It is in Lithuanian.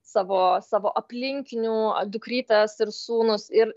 savo savo aplinkinių dukrytes ir sūnus ir